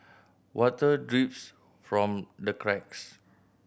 water drips from the cracks